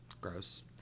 Gross